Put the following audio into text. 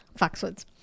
Foxwoods